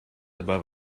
above